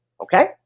Okay